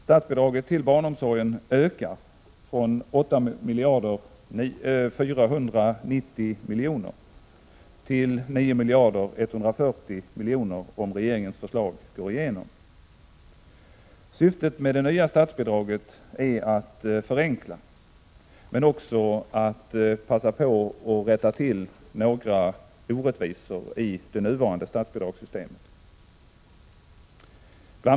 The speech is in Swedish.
Statsbidraget till barnomsorgen ökar från 8 490 milj.kr. till 9 140 milj.kr., om riksdagen antar regeringens förslag. Syftet med det nya statsbidraget är att förenkla systemet och samtidigt få bort några orättvisor i det nuvarande statsbidragssystemet. Bl.